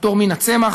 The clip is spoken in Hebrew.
ד"ר מינה צמח.